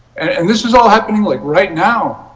and this is all happening like right now.